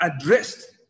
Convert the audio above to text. addressed